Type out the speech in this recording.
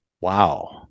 Wow